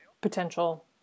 potential